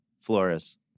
Flores